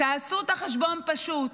תעשו את החשבון הפשוט.